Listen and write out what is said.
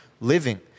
living